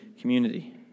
community